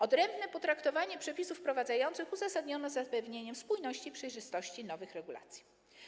Odrębne potraktowanie przepisów wprowadzających uzasadniono potrzebą zapewnienia spójności i przejrzystości nowych regulacji.